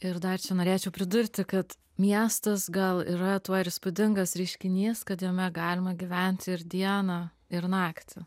ir dar čia norėčiau pridurti kad miestas gal yra tuo ir įspūdingas reiškinys kad jame galima gyventi ir dieną ir naktį